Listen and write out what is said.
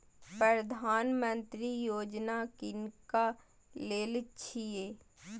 प्रधानमंत्री यौजना किनका लेल छिए?